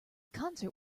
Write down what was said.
concert